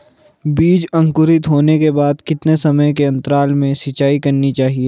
बीज अंकुरित होने के बाद कितने समय के अंतराल में सिंचाई करनी चाहिए?